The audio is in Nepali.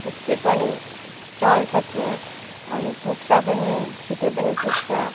स्पिड पनि चल्छ ट्रेन अनि पुग्छ पनि छिटो पनि पुग्छ